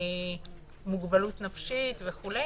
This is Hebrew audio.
מוגבלות נפשית וכו',